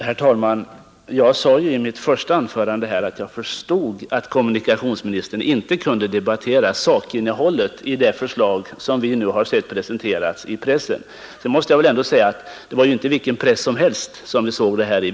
Herr talman! Jag sade i mitt första anförande att jag förstod att kommunikationsministern inte kunde debattera sakinnehållet i de förslag som har presenterats i pressen. Det var emellertid inte i vilken press som helst som de presenterades.